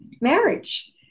marriage